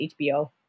hbo